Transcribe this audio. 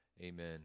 amen